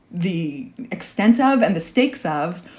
the extent of and the stakes of.